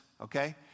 okay